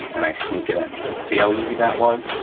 and i sneak it in. see how easy that was?